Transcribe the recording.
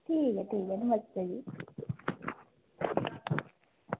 ठीक ऐ ठीक ऐ नमस्ते जी